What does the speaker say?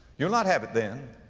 you'll not have it then.